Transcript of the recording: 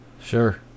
Sure